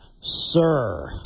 sir